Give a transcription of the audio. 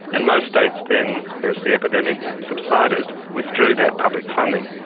and most states then, as the epidemic subsided, withdrew that public funding.